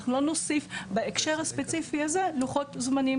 אנחנו לא נוסיף בהקשר הספציפי הזה לוחות זמנים.